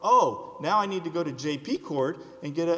oh now i need to go to j p court and get a